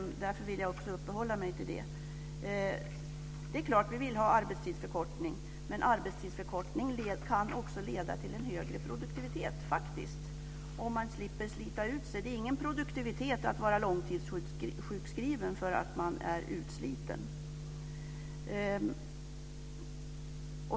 Därför ville jag också uppehålla mig vid den. Det är klart att vi vill ha arbetstidsförkortning. Men arbetstidsförkortning kan faktiskt också leda till en högre produktivitet - om man slipper slita ut sig. Det är ingen produktivitet att vara långtidssjukskriven för att man är utsliten.